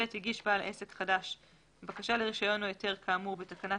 הגיש בעל העסק החדש בקשה לרישיון או היתר כאמור בתקנת